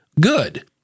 Good